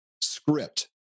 script